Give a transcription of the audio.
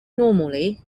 normally